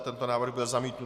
Tento návrh byl zamítnut.